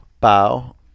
Bow